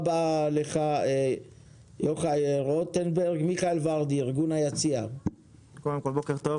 מיכאל ורדי, ארגון "היציע", בבקשה.